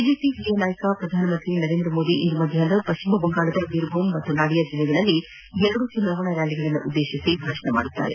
BJP ಹಿರಿಯ ನಾಯಕ ಪ್ರಧಾನ ಮಂತ್ರಿ ನರೇಂದ್ರ ಮೋದಿ ಇಂದು ಮಧ್ಯಾಹ್ವ ಪಶ್ಚಿಮ ಬಂಗಾಳದ ಬಿರ್ಬುಹಾಮ್ ಹಾಗೂ ನಾಡಿಯಾ ಜಿಲ್ಲೆಗಳಲ್ಲಿ ಎರಡು ಚುನಾವಣಾ ರ್ನಾಲಿಗಳನ್ನು ಉದ್ದೇಶಿಸಿ ಭಾಷಣ ಮಾಡಲಿದ್ದಾರೆ